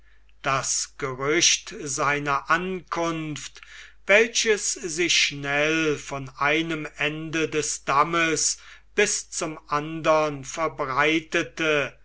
das gerücht seiner ankunft welches sich schnell von einem ende des dammes bis zum andern verbreitete